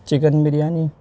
chicken biryani